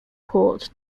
port